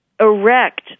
erect